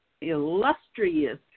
illustrious